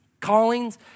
callings